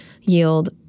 yield